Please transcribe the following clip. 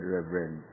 Reverend